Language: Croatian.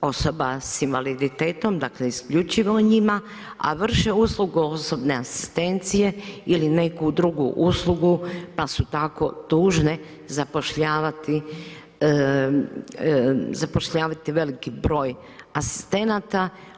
osoba s invaliditetom, dakle, isključivo o njima, a vrše usluge osobne asistencije ili neku drugu usluge, pa su tako dužne zapošljavati veliki broj asistenata.